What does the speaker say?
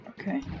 okay